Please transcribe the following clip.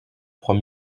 trois